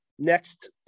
next